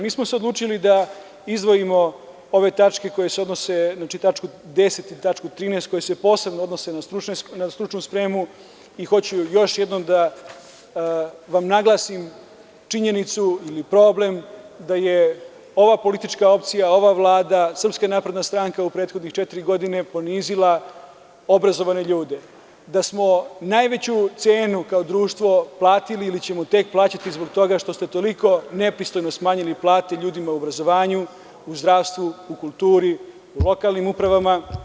Mi smo se odlučili da izdvojimo ove tačke koje se odnose, znači tačku 10. i tačku 13. koje se posebno odnose na stručnu spremu i hoću još jednom da vam naglasim činjenicu ili problem da je ova politička opcija, ova Vlada, SNS u prethodnih četiri godine ponizila obrazovane ljude, da smo najveću cenu kao društvo platili i da ćemo tek plaćati zbog toga što ste toliko nepristojno smanjili plate ljudima u obrazovanju, zdravstvu, kulturi, lokalnim upravama.